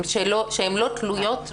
שהן לא תלויות בסמינר.